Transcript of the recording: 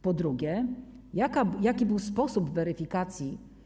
Po drugie, jaki był sposób weryfikacji?